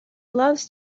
loves